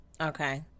okay